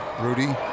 Rudy